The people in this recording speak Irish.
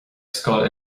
scoil